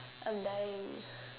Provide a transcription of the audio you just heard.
I'm dying